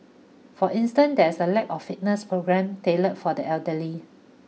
for instance there is a lack of fitness programmes tailored for the elderly